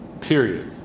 period